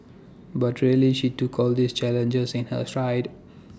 but really she took all these challenges in her stride